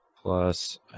plus